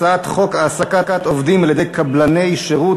הצעת חוק העסקת עובדים על-ידי קבלני שירות